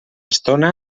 estona